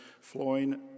flowing